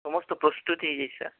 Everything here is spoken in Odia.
ସମସ୍ତ ପ୍ରସ୍ତୁତି ହୋଇଯାଇଛି ସାର୍